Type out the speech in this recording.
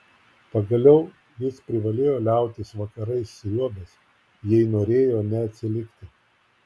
pagaliau jis privalėjo liautis vakarais sriuobęs jei norėjo neatsilikti